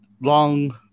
long